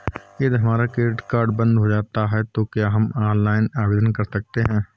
यदि हमारा credit card बंद हो जाता है तो क्या हम ऑनलाइन आवेदन कर सकते हैं?